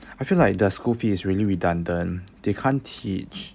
I feel like the school fee is really redundant they can't teach